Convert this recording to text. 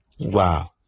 wow